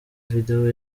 videwo